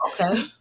okay